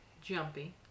jumpy